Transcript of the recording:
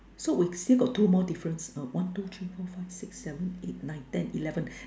so we still got two more difference err one two three four five six seven eight nine ten eleven